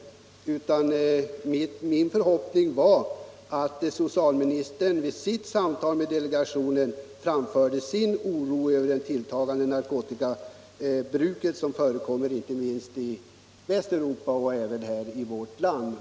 Jag uttalade bara förhoppningen att socialministern vid sitt samtal med delegationen framförde sin oro över det tilltagande narkotikabruket i Västeuropa och även här i vårt land.